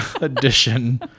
edition